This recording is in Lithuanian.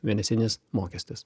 mėnesinis mokestis